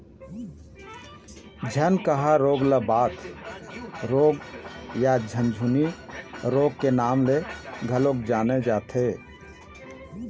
झनकहा रोग ल बात रोग या झुनझनी रोग के नांव ले घलोक जाने जाथे